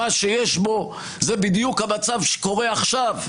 מה שיש בו זה בדיוק המצב שקורה עכשיו,